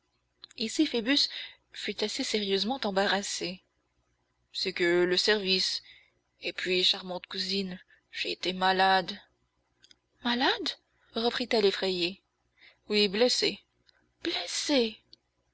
ici phoebus fut assez sérieusement embarrassé c'est que le service et puis charmante cousine j'ai été malade malade reprit-elle effrayée oui blessé blessé